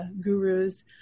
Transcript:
gurus